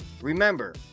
Remember